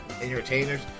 entertainers